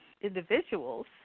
individuals